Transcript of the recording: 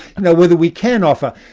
you know whether we can offer,